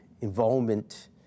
involvement